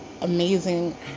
amazing